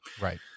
right